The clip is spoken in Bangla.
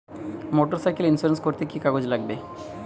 মোটরসাইকেল ইন্সুরেন্স করতে কি কি কাগজ লাগবে?